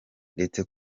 ndetse